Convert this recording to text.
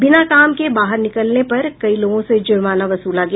बिना काम के बाहर निकलने पर कई लोगों से जुर्माना वसूला गया